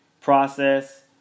process